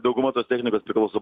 dauguma tos technikos priklauso